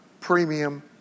premium